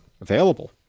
available